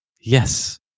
Yes